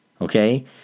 okay